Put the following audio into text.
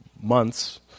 months